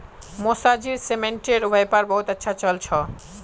मौसाजीर सीमेंटेर व्यापार बहुत अच्छा चल छ